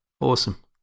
awesome